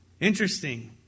Interesting